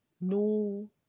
No